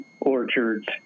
orchards